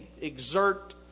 exert